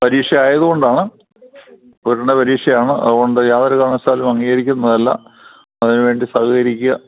പരീക്ഷ ആയതുകൊണ്ടാണ് ഉയർന്ന പരീക്ഷയാണ് അതുകൊണ്ട് യാതൊരു കാരണവശാലും അംഗീകരിക്കുന്നതല്ല അതിനു വേണ്ടി സഹകരിക്കുക